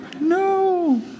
no